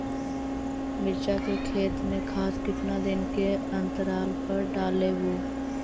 मिरचा के खेत मे खाद कितना दीन के अनतराल पर डालेबु?